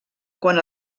quan